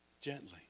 Gently